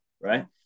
Right